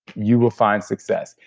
you will find success.